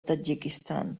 tadjikistan